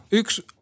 yksi